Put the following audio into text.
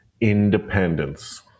Independence